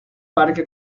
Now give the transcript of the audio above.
parque